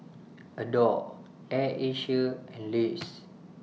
Adore Air Asia and Lays